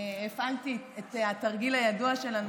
הפעלתי את התרגיל הידוע שלנו,